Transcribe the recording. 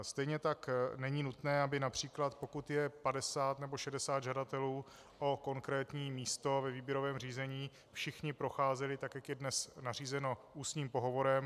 Stejně tak není nutné, aby například pokud je 50 nebo 60 žadatelů o konkrétní místo ve výběrovém řízení, všichni procházeli, tak jak je dnes nařízeno, ústním pohovorem.